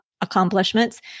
accomplishments